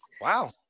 Wow